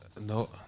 no